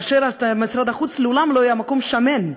כאשר משרד החוץ מעולם לא היה מקום שמן.